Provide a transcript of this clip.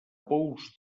pous